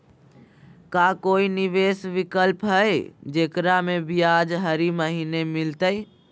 का कोई निवेस विकल्प हई, जेकरा में ब्याज हरी महीने मिलतई?